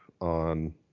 on